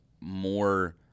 more –